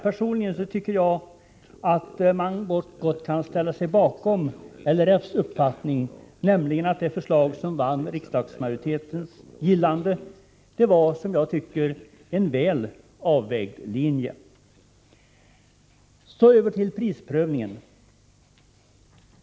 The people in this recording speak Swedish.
Personligen tycker jag dock att man gott kan ställa sig bakom LRF:s uppfattning, nämligen att det förslag som vann riksdagsmajoritetens gillande var en väl avvägd linje. Så över till prisprövningen.